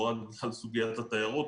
לא רק בגלל סוגיית התיירות,